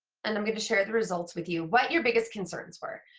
and i'm going to share the results with you, what your biggest concerns were.